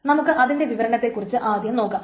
നമുക്ക് അതിന്റെ വിവരണത്തെക്കുറിച്ച് ആദ്യം നോക്കാം